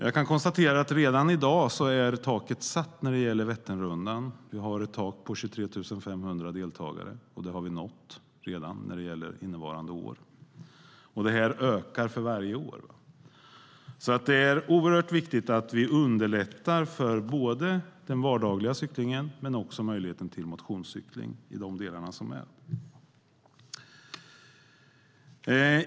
Jag kan konstatera att redan i dag är taket nått när det gäller Vätternrundan. Vi har ett tak på 23 500 deltagare, och det har vi redan nått för innevarande år. Intresset ökar för varje år, och det är därför oerhört viktigt att vi underlättar både för den vardagliga cyklingen och för möjligheten till motionscykling.